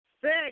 six